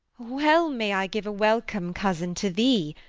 well may i give a welcome, cousin, to thee,